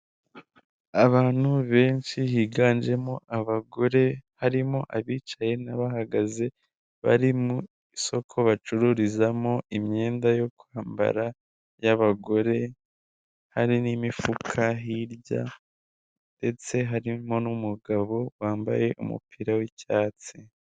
Mu karere ka Muhanga habereyemo irushanwa ry'amagare riba buri mwaka rikabera mu gihugu cy'u Rwanda, babahagaritse ku mpande kugira ngo hataba impanuka ndetse n'abari mu irushanwa babashe gusiganwa nta nkomyi.